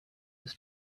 ist